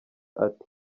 ati